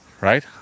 Right